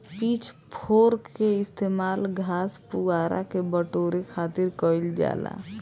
pitch fork के इस्तेमाल घास, पुआरा के बटोरे खातिर कईल जाला